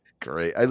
Great